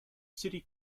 city